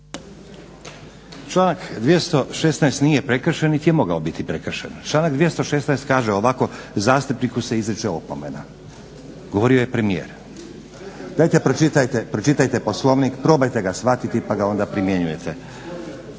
Članak 216. nije prekršen niti je mogao biti prekršen. Članak 216. kaže ovako: "Zastupniku se izriče opomena." Govorio je premijer. Dajte pročitajte Poslovnik, probajte ga shvatiti, pa ga onda primjenjujete.